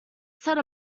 set